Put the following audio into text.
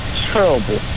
terrible